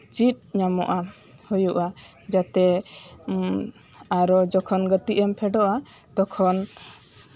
ᱪᱮᱫ ᱦᱩᱭᱩᱜᱼᱟ ᱡᱟᱛᱮ ᱟᱨᱚ ᱡᱚᱠᱷᱚᱱ ᱜᱟᱛᱮᱜ ᱮᱢ ᱯᱷᱮᱰᱚᱜᱼᱟ ᱛᱚᱠᱷᱚᱱ